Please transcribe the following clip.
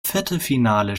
viertelfinale